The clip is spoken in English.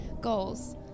Goals